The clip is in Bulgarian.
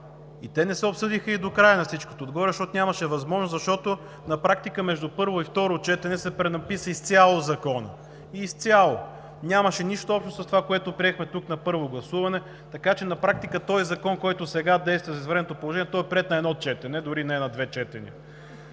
и те не се обсъдиха и до края на всичкото отгоре, защото нямаше възможност, защото на практика между първо и второ четене се пренаписа изцяло законът, изцяло! Нямаше нищо общо с това, което приехме тук на първо гласуване. Така че на практика този закон, който сега действа за извънредното положение, е приет на едно четене, дори не е на две четения.